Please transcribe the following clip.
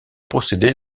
procédé